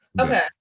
Okay